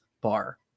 Bar